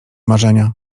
marzenia